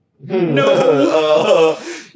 No